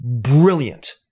brilliant